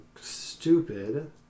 stupid